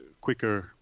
quicker